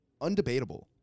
undebatable